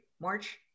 March